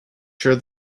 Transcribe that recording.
sure